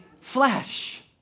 flesh